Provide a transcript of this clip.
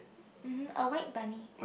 mmhmm a white bunny